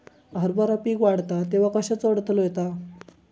हरभरा पीक वाढता तेव्हा कश्याचो अडथलो येता?